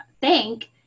thank